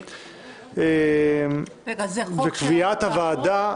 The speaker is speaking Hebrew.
זה חוק שאמור לעבור?